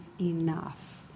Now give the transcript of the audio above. enough